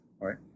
right